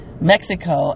Mexico